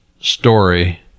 story